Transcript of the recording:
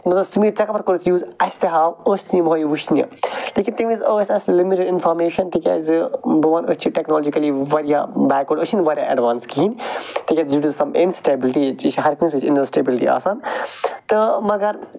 ژےٚ کپٲرۍ کورتھ یوٗز اسہِ تہِ ہاو أسۍ تہِ یمہٕ ہو یِم وچھنہٕ لیکن تَمہِ وزۍ ٲسۍ اسہِ لِمِٹٕڈ انفارمیشن تِکیٛازِ بہٕ ونہٕ أسۍ چھِ ٹیٚکنالوجِکلی واریاہ بیک وٲرڈ ٲسۍ چھِنہٕ واریاہ ایڈوانٕس کہیٖنۍ تِکیٛازِ ڈیٛو ٹُو سم اِنسٹیبٕلِٹی ییٚتہِ چھِ یہِ چھِ ہر کٲنسہٕ چھِ انسِٹیبٕلٹی آسان تہٕ مگر